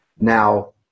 Now